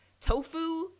tofu